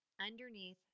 underneath